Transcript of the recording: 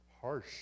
harsh